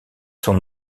son